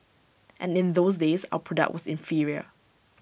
and in those days our product was inferior